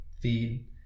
feed